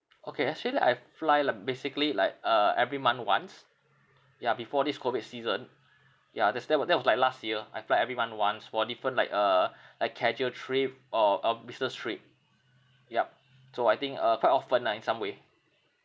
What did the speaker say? okay actually I fly like basically like uh every month once ya before this COVID season ya that's that wa~ that was like last year I fly every month once for different like uh like casual trip or or business trip yup so I think uh quite often ah in some way